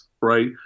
right